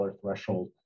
threshold